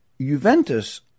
Juventus